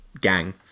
gang